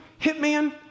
hitman